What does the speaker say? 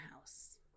House